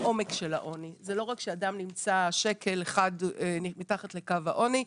זה לא רק שאדם נמצא שקל אחד מתחת לקו העוני.